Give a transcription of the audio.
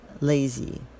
Lazy